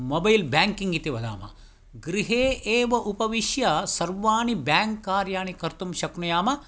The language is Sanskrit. मोबैल् बेङ्किङ्ग् इति वदामः गृहे एव उपविश्य सर्वाणि बेङ्क् कार्याणि कर्तुं शक्नुयाम